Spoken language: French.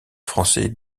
français